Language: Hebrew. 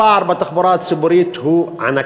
הפער בתחבורה הציבורית הוא ענקי.